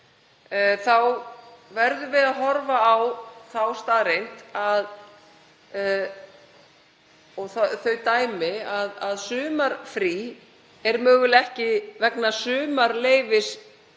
þá verðum við að horfa á þá staðreynd og þau dæmi að sumarfrí er mögulega ekki vegna sumarleyfis